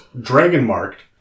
dragon-marked